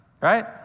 right